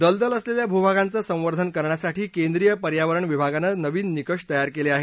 दलदल असलेल्या भुभागांचं संवर्धन करण्यासाठी केंद्रीय पर्यावरण विभागानं नवीन निकष तयार केले आहेत